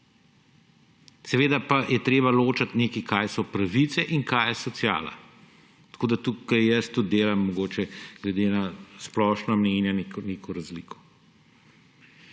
Seveda pa je treba ločiti, kaj so pravice in kaj je sociala. Tukaj mogoče jaz tudi delam glede na splošno mnenje neko razliko.